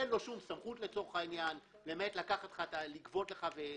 אין לו שום סמכות לצורך העניין, למעט לגבות ממך.